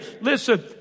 Listen